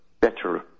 better